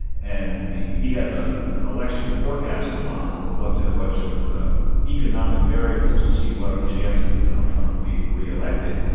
and he has a election forecasting model that plugs in a bunch of economic variables to see what are the chances that donald trump will be reelected.